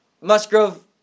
Musgrove